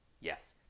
Yes